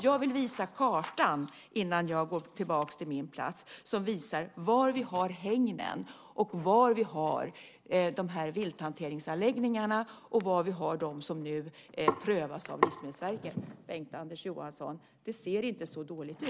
Jag har här en karta som visar var vi har hägnen, var vi har vilthanteringsanläggningarna och var vi har dem som nu prövas av Livsmedelsverket. Det ser inte så dåligt ut, Bengt-Anders Johansson.